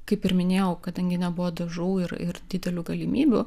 kaip ir minėjau kadangi nebuvo dažų ir ir didelių galimybių